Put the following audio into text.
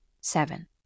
Seven